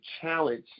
challenge